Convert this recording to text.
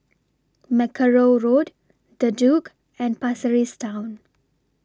Mackerrow Road The Duke and Pasir Ris Town